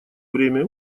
время